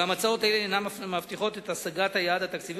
אולם הצעות אלה אינן מבטיחות את השגת היעד התקציבי,